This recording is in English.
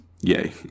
yay